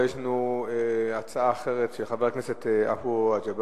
אבל יש לנו הצעה אחרת של חבר הכנסת עפו אגבאריה.